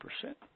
percent